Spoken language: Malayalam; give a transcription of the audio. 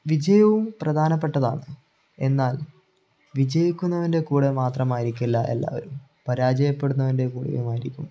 വിജയവും പ്രധാനപ്പെട്ടതാണ് എന്നാൽ വിജയിക്കുന്നവൻ്റെ കൂടെ മാത്രമായിരിക്കില്ല എല്ലാവരും പരാജയപ്പെടുന്നവൻ്റെ കൂടെയുമായിരിക്കും